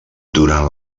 durant